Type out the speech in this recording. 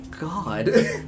God